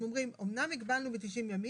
אנחנו אומרים: אומנם הגבלנו ב-90 ימים,